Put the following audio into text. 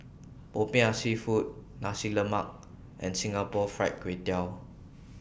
Popiah Seafood Nasi Lemak and Singapore Fried Kway Tiao